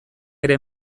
ere